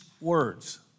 words